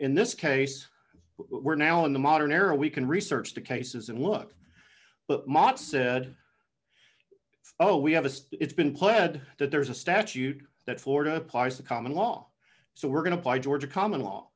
in this case we're now in the modern era we can research the cases and look but mott said oh we have a it's been pled that there is a statute that florida plies the common law so we're going to buy georgia common law